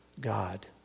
God